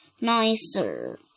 nicer